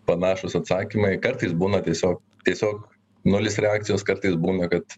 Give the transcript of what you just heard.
panašūs atsakymai kartais būna tiesiog tiesiog nulis reakcijos kartais būna kad